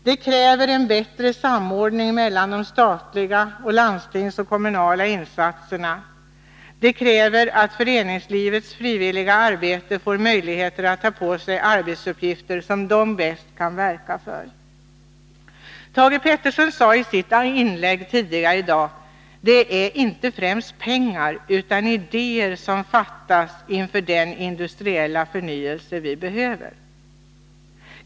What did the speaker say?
Det kräver en bättre samordning mellan de statliga insatserna och insatserna från landsting och kommuner. Det kräver att föreningslivets frivilliga arbete får möjligheter att ta på sig arbetsuppgifter som det bäst kan verka för. Thage G. Peterson sade i sitt inlägg tidigare i dag: Det är inte främst pengar utan idéer som fattas inför den industriella förnyelse vi behöver.